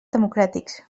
democràtics